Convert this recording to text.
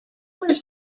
was